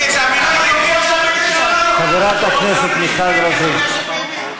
חברת הכנסת מיכל רוזין.